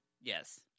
Yes